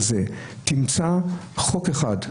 תמצא חוק אחד,